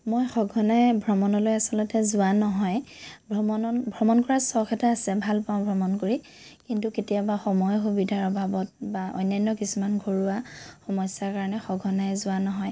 মই সঘনাই ভ্ৰমণলৈ আচলতে যোৱা নহয় ভ্ৰমণত ভ্ৰমণ কৰা চখ এটা আছে ভালপাওঁ ভ্ৰমণ কৰি কিন্তু কেতিয়াবা সময় সুবিধাৰ অভাৱত বা অন্য়ান্য় কিছুমান ঘৰুৱা সমস্য়াৰ কাৰণে সঘনাই যোৱা নহয়